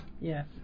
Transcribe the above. Yes